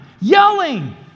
yelling